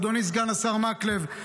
אדוני סגן השרה מקלב,